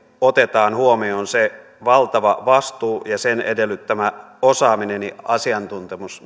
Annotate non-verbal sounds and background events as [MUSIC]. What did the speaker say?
otetaan huomioon se valtava vastuu ja sen edellyttämä osaaminen ja asiantuntemus [UNINTELLIGIBLE]